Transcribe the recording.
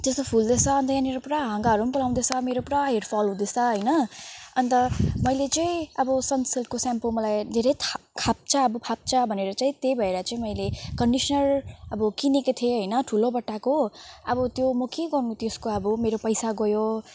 त्यस्तो फुल्दैछ अन्त यहाँनेर पुरा हाँगाहरू पलाउँदैछ मेरो पुरा हेयर फल हुँदैछ होइन अन्त मैले चाहिँ अब सनसिल्कको स्याम्पो मलाई धेरै फाप्छ फाप्छ भनेर चाहिँ त्यही भएर चाहिँ मैले कन्डिस्नर अब किनेको थिएँ होइन ठुलो बट्टाको अब त्यो म के गर्नु त्यसको अब मेरो पैसा गयो